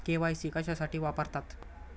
KYC कशासाठी वापरतात?